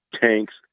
tanks